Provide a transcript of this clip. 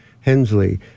Hensley